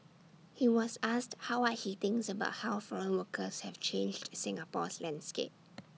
he was asked how are he thinks about how foreign workers have changed Singapore's landscape